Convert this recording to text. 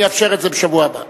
אני אאפשר את זה בשבוע הבא.